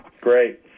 Great